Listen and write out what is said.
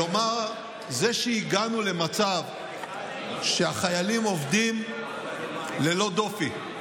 כלומר זה שהגענו למצב שהחיילים עובדים ללא דופי,